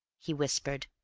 he whispered,